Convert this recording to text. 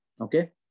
Okay